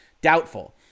doubtful